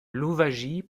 louwagie